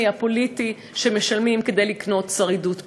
הפוליטי שמשלמים כדי לקנות שרידות פוליטית.